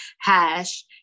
hash